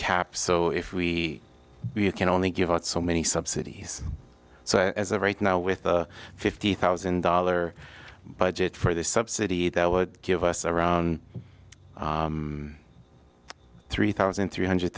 caps so if we can only give out so many subsidies so as of right now with the fifty thousand dollar budget for this subsidy that would give us around three thousand three hundred